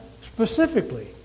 specifically